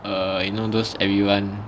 err you know those everyone